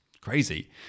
crazy